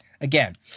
Again